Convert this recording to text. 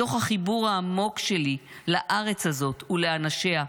מתוך החיבור העמוק שלי לארץ הזאת ולאנשיה,